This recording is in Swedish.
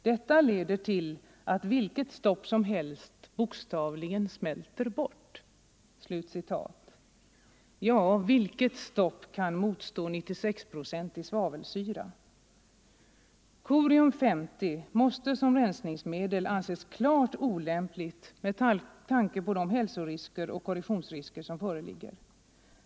Detta leder till att vilket stopp som helst bokstavligen smälter bort.” Ja, vilket stopp kan motstå 96 procentig svavelsyra? Corium 50 måste som rensningsmedel anses klart olämpligt med tanke på de hälsorisker och korrosionsrisker som föreligger.